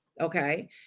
Okay